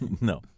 no